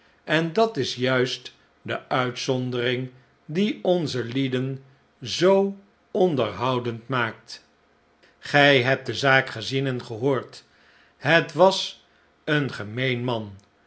en dat is juist de uitzondering die onze lieden zoo onderhoudend maakt gij hebt de zaak gezien en gehoord het was een gemeen man